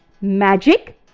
magic